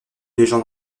légende